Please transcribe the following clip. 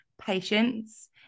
patience